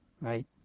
right